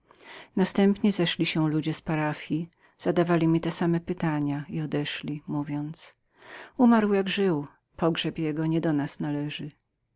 następnie zeszli się ludzie z parafji zadawali mi też same zapytania i wyszli mówiąc umarł jak żył pogrzeb jego nie do nas należy